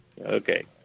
Okay